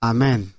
Amen